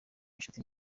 inshuti